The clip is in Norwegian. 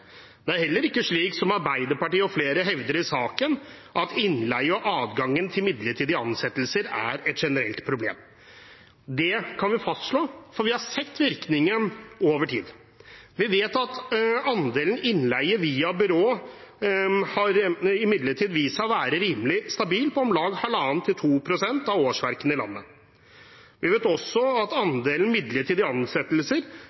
Det er heller ikke slik som Arbeiderpartiet og flere hevder i saken, at innleie og adgangen til midlertidige ansettelser er et generelt problem. Det kan vi fastslå, for vi har sett virkningen over tid. Vi vet imidlertid at andelen innleie via byrå har vist seg å være rimelig stabil, på om lag 1,5–2 pst. av årsverkene i landet. Vi vet også at andelen midlertidige ansettelser